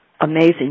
amazing